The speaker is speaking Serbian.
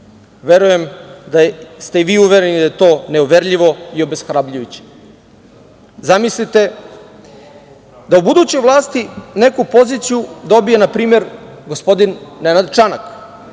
Verujem da ste i vi uvereni da je to neuverljivo i obeshrabrujuće. Zamislite da u budućoj vlasti neku poziciju dobije npr. gospodin Nenad Čanak